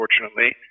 unfortunately